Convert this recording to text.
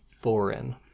foreign